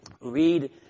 read